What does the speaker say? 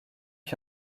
qui